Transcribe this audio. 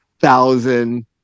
thousand